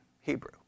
Hebrew